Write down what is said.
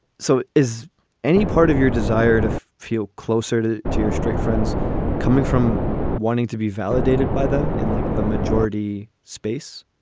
so is any part of your desire to feel closer to to your straight friends coming from wanting to be validated by them and like the majority space?